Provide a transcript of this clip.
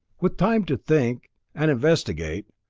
with time to think and investigate,